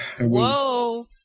Whoa